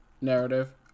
narrative